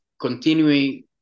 continuing